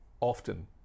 often